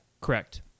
Correct